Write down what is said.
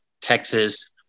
Texas